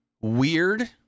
weird